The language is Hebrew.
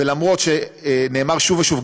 ולמרות שנאמר שוב ושוב,